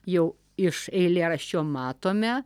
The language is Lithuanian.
jau iš eilėraščio matome